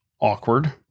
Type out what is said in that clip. awkward